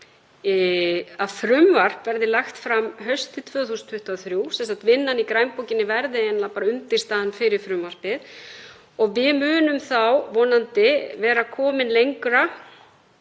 að frumvarp verði lagt fram haustið 2023, sem sagt vinnan í grænbókinni verði eiginlega undirstaðan fyrir frumvarpið. Þá munum við vonandi verða komin lengra